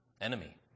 enemy